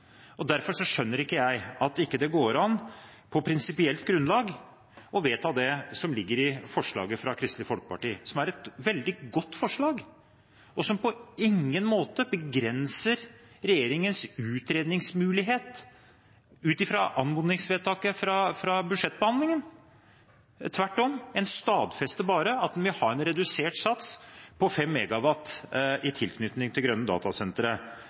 det. Derfor skjønner ikke jeg at det ikke går an, på prinsipielt grunnlag, å vedta det som ligger i forslaget fra Kristelig Folkeparti, som er et veldig godt forslag, og som på ingen måte begrenser regjeringens utredningsmulighet ut fra anmodningsvedtaket fra budsjettbehandlingen. Tvert imot: En stadfester bare at en vil ha en redusert sats på 5 MW i tilknytning til grønne datasentre